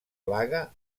plaga